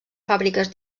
fàbriques